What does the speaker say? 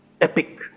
epic